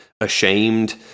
ashamed